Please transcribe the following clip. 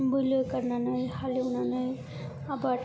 बोलो गारनानै हालेवनानै आबाद